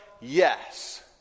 Yes